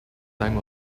time